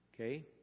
okay